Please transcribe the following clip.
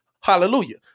Hallelujah